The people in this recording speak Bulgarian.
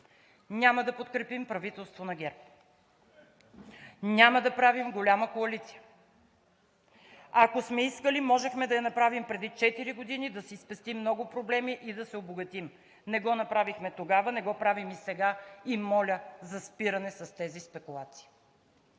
Няма да подкрепим правителство на ГЕРБ-СДС! Няма да правим голяма коалиция! Ако сме искали, можехме да я направим преди четири години, да си спестим много проблеми и да се обогатим. Не го направихме тогава, не го правим и сега и моля за спиране с тези спекулации.